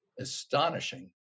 astonishing